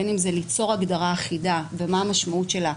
בין אם זה ליצור הגדרה אחידה ומה המשמעות שלה,